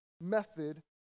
method